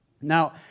Now